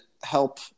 help